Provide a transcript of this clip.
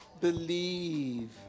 believe